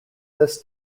this